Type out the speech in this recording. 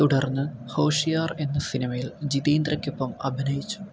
തുടർന്ന് ഹോഷിയാർ എന്ന സിനിമയിൽ ജിതേന്ദ്രയ്ക്കൊപ്പം അഭിനയിച്ചു